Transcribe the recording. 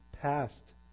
past